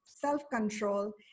self-control